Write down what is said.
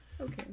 Okay